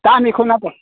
दामिखौ नांगौ